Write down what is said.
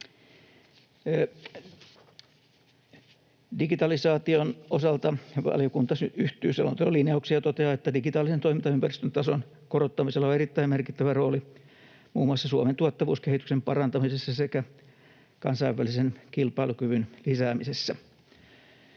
Digitalisaation osalta valiokunta yhtyy selonteon linjauksiin ja toteaa, että digitaalisen toimintaympäristön tason korottamisella on erittäin merkittävä rooli muun muassa Suomen tuottavuuskehityksen parantamisessa sekä kansainvälisen kilpailukyvyn lisäämisessä.